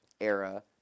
era